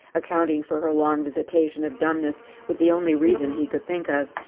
accounting for her long visitation of dumbness with the only reason he could think of.